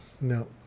No